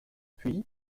puis